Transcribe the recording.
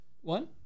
One